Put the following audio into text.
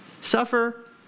suffer